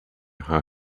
how